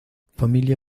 familia